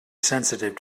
sensitive